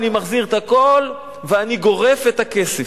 ואני מחזיר את הכול ואני גורף את הכסף.